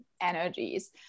energies